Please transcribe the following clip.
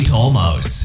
Tolmos